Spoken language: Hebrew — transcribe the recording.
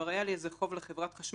כבר היה לי איזה חוב לחברת החשמל,